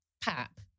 PAP